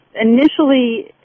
initially